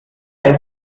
ist